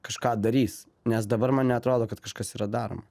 kažką darys nes dabar man neatrodo kad kažkas yra daroma